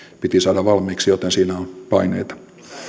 piti saada valmiiksi joten siinä on paineita